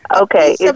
Okay